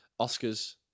Oscars